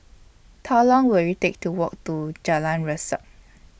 Long Will IT Take to Walk to Jalan Resak